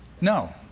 No